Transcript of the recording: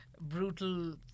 brutal